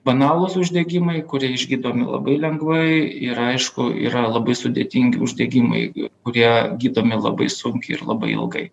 banalūs uždegimai kurie išgydomi labai lengvai ir aišku yra labai sudėtingi uždegimai kurie gydomi labai sunkiai ir labai ilgai